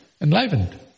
enlivened